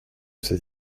ses